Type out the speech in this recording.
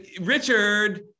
Richard